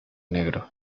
negro